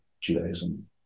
Judaism